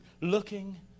looking